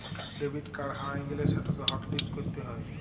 debit card হারাঁয় গ্যালে সেটকে হটলিস্ট ক্যইরতে হ্যয়